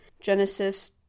Genesis